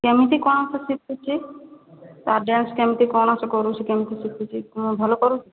କେମିତି କ'ଣ ସେ ଶିଖୁଛି ତା'ର ଡ୍ୟାନ୍ସ କେମିତି କ'ଣ ସେ କରୁଛି କେମିତି ଶିଖୁଛି କ'ଣ ଭଲ୍ କରୁଛି